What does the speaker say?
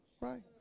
Right